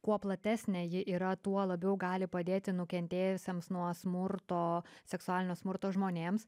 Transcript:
kuo platesnė ji yra tuo labiau gali padėti nukentėjusiems nuo smurto seksualinio smurto žmonėms